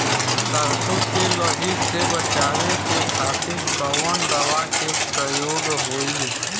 सरसो के लही से बचावे के खातिर कवन दवा के प्रयोग होई?